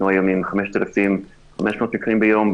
אנחנו היום עם 5,500 מקרים ביום,